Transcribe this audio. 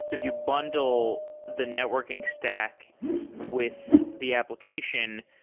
if you bundle the networking stack with the application,